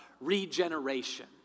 regeneration